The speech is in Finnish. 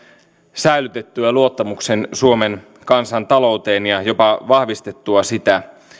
säilytettyä luottamuksen suomen kansantalouteen ja jopa vahvistettua sitä